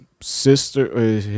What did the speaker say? sister-